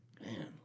man